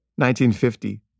1950